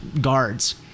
Guards